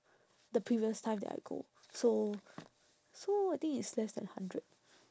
the previous time that I go so so I think it's less than hundred